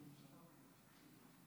אדוני היושב-ראש, כבוד השר,